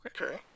okay